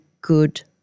good